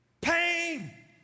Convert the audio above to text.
Pain